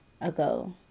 ago